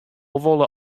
wolle